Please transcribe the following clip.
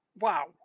wow